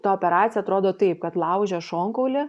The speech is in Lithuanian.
ta operacija atrodo taip kad laužia šonkaulį